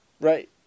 Right